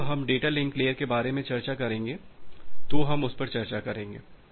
जब हम data link layer के बारे में चर्चा करेंगे तो हम उस पर चर्चा करेंगे